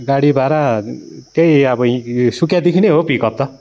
गाडी भाडा त्यही अब सुकियादेखि नै हो पिकअप त